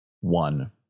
one